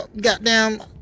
goddamn